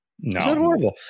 No